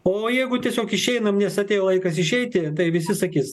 o jeigu tiesiog išeinam nes atėjo laikas išeiti tai visi sakys